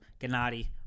Gennady